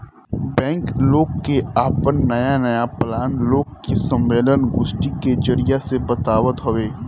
bank लोग के आपन नया नया प्लान लोग के सम्मलेन, गोष्ठी के जरिया से बतावत हवे